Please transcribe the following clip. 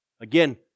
Again